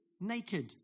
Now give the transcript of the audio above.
naked